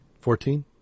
Fourteen